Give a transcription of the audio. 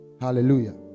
Hallelujah